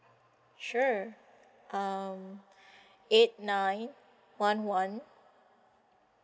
sure um eight nine one one